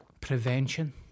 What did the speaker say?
Prevention